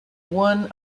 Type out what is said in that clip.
one